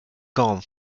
gone